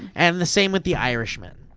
and the same with the irishman.